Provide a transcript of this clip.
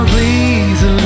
Please